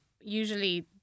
usually